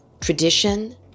tradition